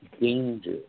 danger